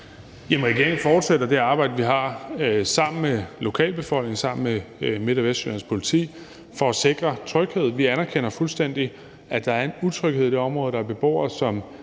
regeringen fortsætter det arbejde, vi er i gang med, sammen med lokalbefolkningen og sammen med Midt- og Vestjyllands Politi for at sikre tryghed. Vi anerkender fuldstændig, at der er en utryghed i det område. Der er beboere, som